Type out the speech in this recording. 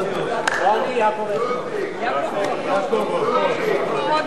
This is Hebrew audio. העדה האתיופית בשירות הציבורי